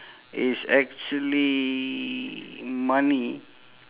it's actually money